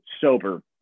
sober